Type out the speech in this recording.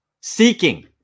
seeking